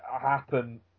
happen